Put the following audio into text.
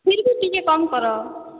ଫିର ବି ଟିକେ କମ କର